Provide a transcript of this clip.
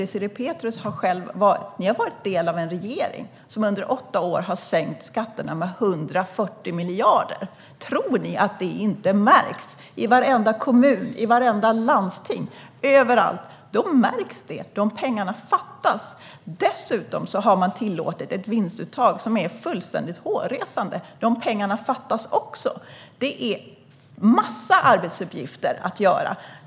Désirée Pethrus parti har varit del av en regering som under åtta år har sänkt skatterna med 140 miljarder. Tror ni att det inte märks? Det märks i varenda kommun och i vartenda landsting. De pengarna fattas. Dessutom har man tillåtit ett vinstuttag som är fullständigt hårresande. De pengarna fattas också. Det finns en massa arbetsuppgifter.